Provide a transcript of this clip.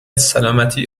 سلامتی